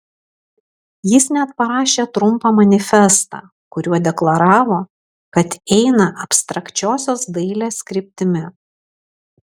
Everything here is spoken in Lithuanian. jis net parašė trumpą manifestą kuriuo deklaravo kad eina abstrakčiosios dailės kryptimi